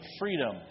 freedom